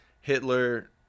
Hitler